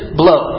blow